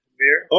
beer